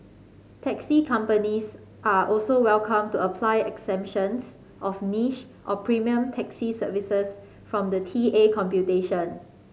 taxi companies are also welcome to apply exemptions of niche or premium taxi services from the T A computation